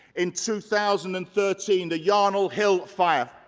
in two thousand and thirteen, the yarnell hill fire,